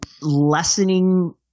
lessening